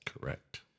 correct